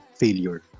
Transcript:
failure